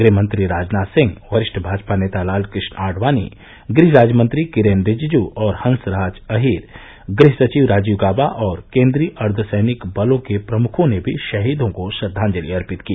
गृहमंत्री राजनाथ सिंह वरिष्ठ भाजपा नेता लालकृष्ण आडवाणी गृह राज्यमंत्री किरेन रिजिजू और हंस राज अहीर गृहसचिव राजीव गाबा और केंद्रीय अर्द्धसैनिक बलों के प्रमुखों ने भी शहीदों को श्रद्वांजलि अर्पित की